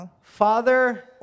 Father